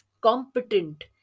competent